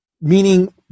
Meaning